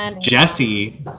Jesse